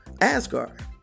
Asgard